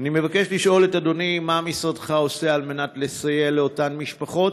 אני מבקש לשאול את אדוני: 1. מה משרדך עושה כדי לסייע לאותן משפחות?